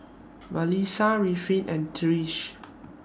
Mellisa Ruffin and Trish